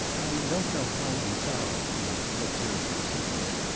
i don't know how insarov feels observed bersenyev.